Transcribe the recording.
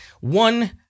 One